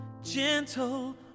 gentle